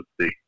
see